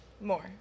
More